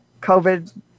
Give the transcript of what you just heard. COVID